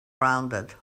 rounded